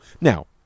Now